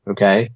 Okay